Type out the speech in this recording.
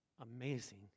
amazing